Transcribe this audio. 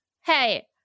hey